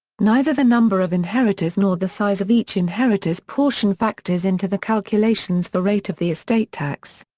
neither the number of inheritors nor the size of each inheritor's portion factors into the calculations for rate of the estate tax.